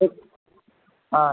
சரி ஆ